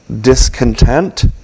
discontent